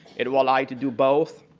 it will allow you to do both,